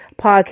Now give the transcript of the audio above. podcast